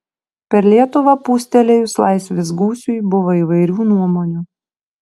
per lietuvą pūstelėjus laisvės gūsiui buvo įvairių nuomonių